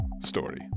story